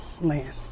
land